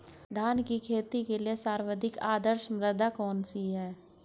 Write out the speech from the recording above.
धान की खेती के लिए सर्वाधिक आदर्श मृदा कौन सी है?